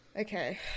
okay